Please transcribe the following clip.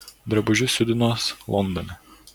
drabužius siūdinuos londone